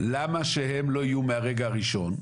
למה שהן לא יהיו מהרגע הראשון?